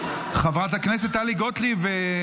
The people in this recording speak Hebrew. מהפסים --- חברת הכנסת טלי גוטליב,